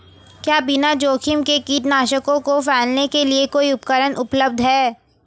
क्या बिना जोखिम के कीटनाशकों को फैलाने के लिए कोई उपकरण उपलब्ध है?